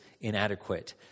inadequate